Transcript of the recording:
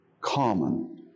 common